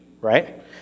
right